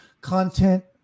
content